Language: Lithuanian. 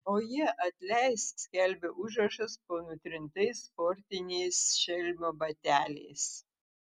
oje atleisk skelbė užrašas po nutrintais sportiniais šelmio bateliais